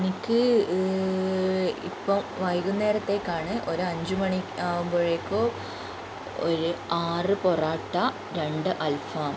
എനിക്ക് ഇപ്പോൾ വൈകുന്നേരത്തെക്കാണ് ഒരു അഞ്ചുമണി ആകുമ്പോഴേക്കും ഒരു ആറ് പൊറാട്ട രണ്ട് അൽഫാം